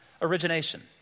Origination